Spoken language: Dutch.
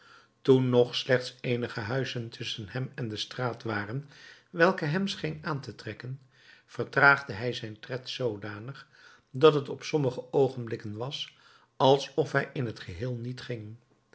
toen nog slechts eenige huizen tusschen hem en deze straat waren welke hem scheen aan te trekken vertraagde hij zijn tred zoodanig dat het op sommige oogenblikken was alsof hij in t geheel niet ging